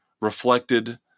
reflected